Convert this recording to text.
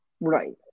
Right